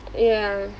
ya